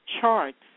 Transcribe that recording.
charts